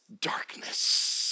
darkness